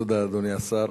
תודה, אדוני השר.